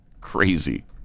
Crazy